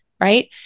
right